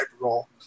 role